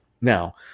Now